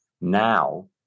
Now